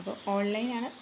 അപ്പോള് ഓൺലൈനാണ്